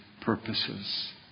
purposes